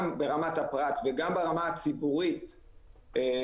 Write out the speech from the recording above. גם ברמת הפרט וגם ברמה הציבורית טרנזיטים,